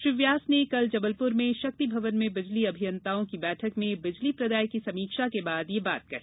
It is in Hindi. श्री व्यास ने कल जबलपुर में शक्ति भवन में बिजली अभियंताओं की बैठक में बिजली प्रदाय की समीक्षा के बाद यह बात कही